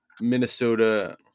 Minnesota –